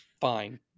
Fine